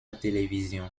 télévision